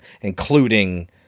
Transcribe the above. including